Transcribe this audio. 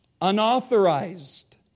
unauthorized